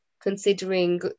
considering